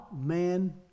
man